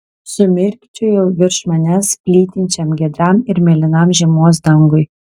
sumirkčiojau virš manęs plytinčiam giedram ir mėlynam žiemos dangui